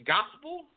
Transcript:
Gospel